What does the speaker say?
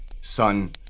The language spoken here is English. Son